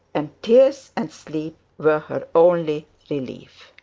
and tears and sleep were her only relief.